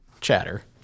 chatter